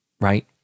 right